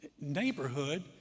neighborhood